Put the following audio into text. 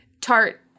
tart